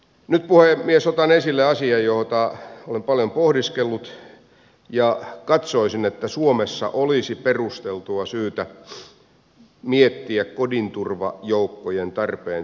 nyt puhemies otan esille asian jota olen paljon pohdiskellut ja katsoisin että suomessa olisi perusteltua syytä miettiä kodinturvajoukkojen tarpeen selvittämistä